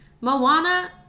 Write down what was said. Moana